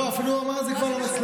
לא, הוא אפילו אמר את זה כבר למצלמה.